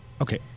Okay